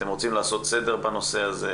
אתם רוצים לעשות סדר בנושא הזה,